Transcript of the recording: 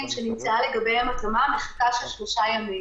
שנמצאה לגביהם התאמה מחיקה של שלושה ימים.